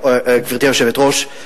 גברתי היושבת-ראש,